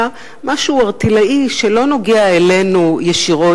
משהו ערטילאי שלא נוגע אלינו ישירות,